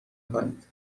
کنید